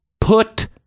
put